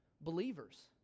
believers